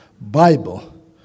Bible